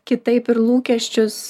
kitaip ir lūkesčius